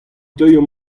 teuio